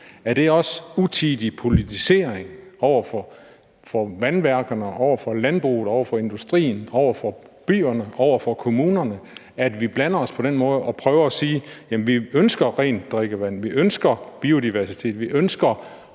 Er det også utidig politisering over for vandværkerne, over for landbruget, over for industrien, over for byerne og over for kommunerne, at vi blander os på den måde og prøver at sige: Jamen vi ønsker rent drikkevand, vi ønsker biodiversitet, vi ønsker